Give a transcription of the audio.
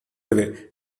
away